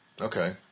Okay